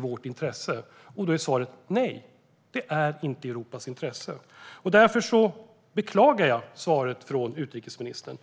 vårt intresse? Svaret är nej. Det är inte i Europas intresse. Därför beklagar jag svaret från utrikesministern.